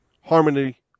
harmony